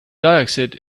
dioxide